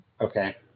Okay